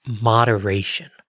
moderation